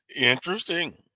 Interesting